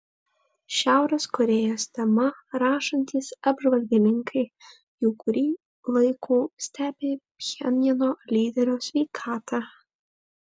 šiaurės korėjos tema rašantys apžvalgininkai jau kurį laiko stebi pchenjano lyderio sveikatą